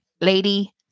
Lady